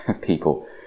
people